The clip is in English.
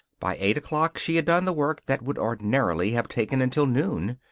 by eight o'clock she had done the work that would ordinarily have taken until noon.